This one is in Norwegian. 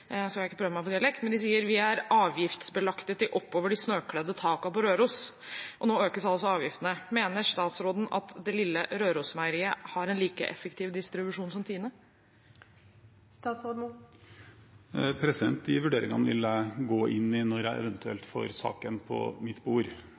skal jeg ikke prøve meg på dialekten – at de «er avgiftsbelagt til oppover de snøkledde takene på Røros». Og nå økes altså avgiftene. Mener statsråden at det lille Rørosmeieriet har en like effektiv distribusjon som Tine? De vurderingene vil jeg gå inn i når jeg eventuelt